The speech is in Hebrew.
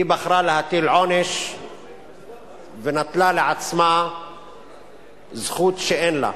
והיא בחרה להטיל עונש ונטלה לעצמה זכות שאין לה.